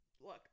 Look